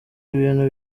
ibintu